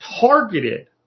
targeted